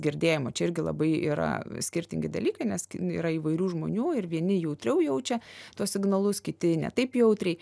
girdėjimo čia irgi labai yra skirtingi dalykai nes yra įvairių žmonių ir vieni jautriau jaučia tuos signalus kiti ne taip jautriai